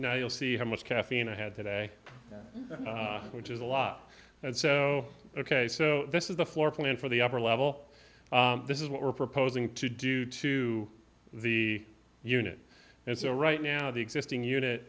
know you'll see how much caffeine i had today which is a lot and so ok so this is the floor plan for the upper level this is what we're proposing to do to the unit and so right now the existing unit